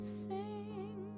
sing